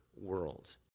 world